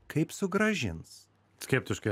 kaip sugrąžins skeptiškai